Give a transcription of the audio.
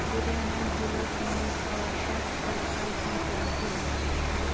لُدھیانہ ضِلَس منٛز ژھار S S I C centre